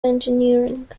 engineering